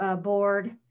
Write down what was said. Board